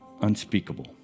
unspeakable